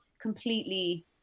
completely